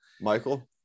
Michael